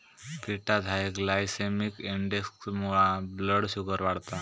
पिठात high glycemic इंडेक्समुळा blood sugar वाढता